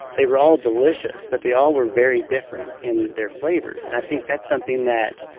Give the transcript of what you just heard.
they were all delicious, but they all were very different in their flavors, and i think that's something that.